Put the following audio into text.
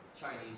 Chinese